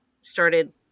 started